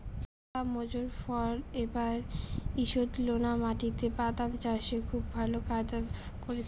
বাঃ মোজফ্ফর এবার ঈষৎলোনা মাটিতে বাদাম চাষে খুব ভালো ফায়দা করেছে